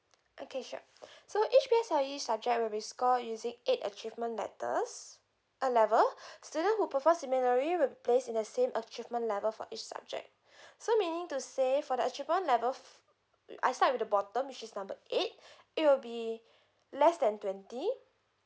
okay sure so each P_S_L_E subject will be scored using eight achievement letters uh level student who perform similarly will be placed in the same achievement level for each subject so meaning to say for the achievement level f~ it I start with the bottom which is number eight it'll be less than twenty